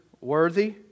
worthy